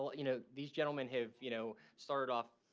ah you know, these gentlemen have, you know, started off,